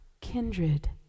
Kindred